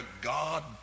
God